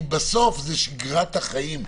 כי בסוף זה שגרת החיים,